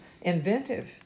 inventive